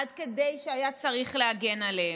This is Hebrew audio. עד כדי כך שהיה צריך להגן עליהם.